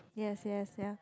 yes yes ya